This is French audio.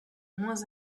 moins